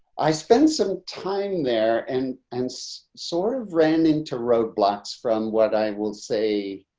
i spent some time there and and so sort of ran into roadblocks from what i will say,